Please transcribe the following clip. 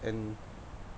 and